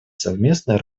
совместной